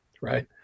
right